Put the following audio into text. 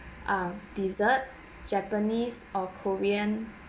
ah dessert japanese or korean